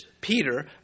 Peter